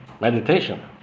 Meditation